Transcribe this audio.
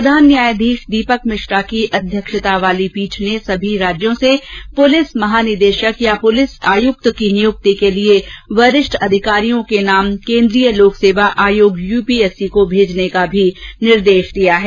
प्रधान न्यायाधीश दीपक मिश्रा की अध्यक्षतावाली पीठ ने सभी राज्यों से पुलिस महानिदेशक या पुलिस आयुक्त की नियुक्ति के लिएवरिष्ठ पुलिस अधिकारियों के नाम केन्द्रीय लोक सेवा आयोग यूपीएससी को भेजने का भी निर्देश दिया है